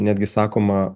netgi sakoma